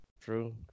true